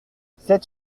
sept